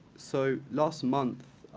so last month,